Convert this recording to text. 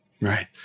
Right